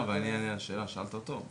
אני אענה על השאלה ששאלת אותו.